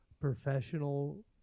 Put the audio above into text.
professional